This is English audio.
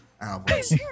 albums